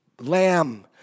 lamb